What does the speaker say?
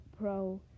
pro